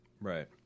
right